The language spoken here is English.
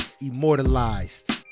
immortalized